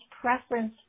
preference